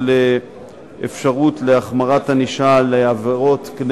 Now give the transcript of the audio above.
אפשרות להחמרת ענישה על עבירות של